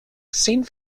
saint